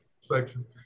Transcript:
section